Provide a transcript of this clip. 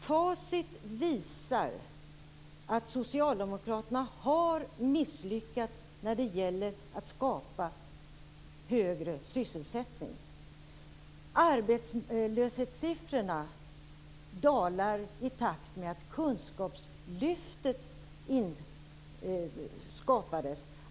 Facit visar att Socialdemokraterna har misslyckats när det gäller att skapa högre sysselsättning. Arbetslöshetssiffrorna dalar i takt med att människor förs in i kunskapslyftet.